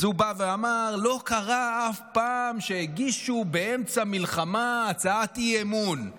אז הוא בא ואמר שלא קרה אף פעם שהגישו הצעת אי-אמון באמצע מלחמה.